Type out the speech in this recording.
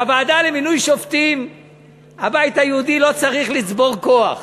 בוועדה למינוי שופטים הבית היהודי לא צריך לצבור כוח.